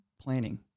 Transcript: planning